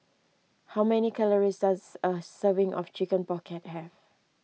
how many calories does a serving of Chicken Pocket have